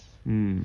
mm